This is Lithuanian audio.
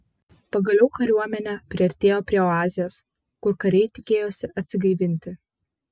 pagaliau kariuomenė priartėjo prie oazės kur kariai tikėjosi atsigaivinti